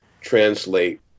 translate